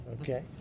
okay